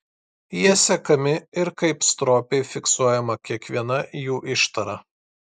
jie sekami ir kaip stropiai fiksuojama kiekviena jų ištara